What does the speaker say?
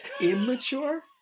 Immature